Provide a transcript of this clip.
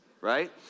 right